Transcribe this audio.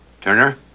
Turner